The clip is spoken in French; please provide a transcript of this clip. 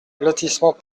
lotissement